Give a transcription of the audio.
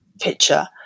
picture